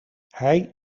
hij